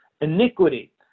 Iniquity